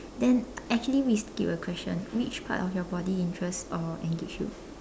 then actually we skip a question which part of your body interests or engage you